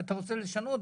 אתה רוצה לשנות?